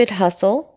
hustle